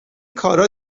کارا